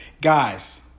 guys